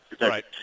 Right